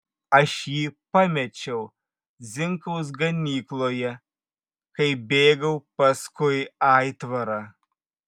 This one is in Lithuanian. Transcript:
aš jį pamečiau zinkaus ganykloje kai bėgau paskui aitvarą